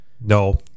No